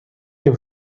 dem